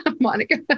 Monica